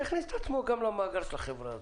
אז הכניס את עצמו גם למאגר של החברה הזו.